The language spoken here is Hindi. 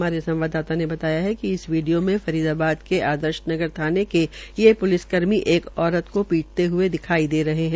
हमारे संवाददाता ने बताया कि इस वीडियो में फरीदाबाद के आदर्शनगर थाने के ये प्लिस कर्मी एक औरत को पीटते हये दिखाई दे रहे है